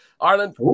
Ireland